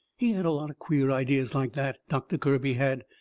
he had a lot of queer ideas like that, doctor kirby had.